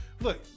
Look